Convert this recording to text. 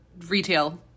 retail